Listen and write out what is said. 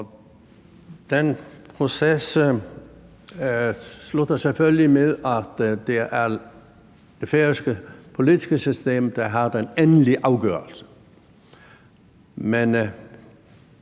den proces slutter selvfølgelig med, at det er det færøske politiske system, der har den endelige afgørelse.